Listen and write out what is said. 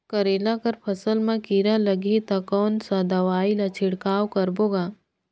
करेला कर फसल मा कीरा लगही ता कौन सा दवाई ला छिड़काव करबो गा?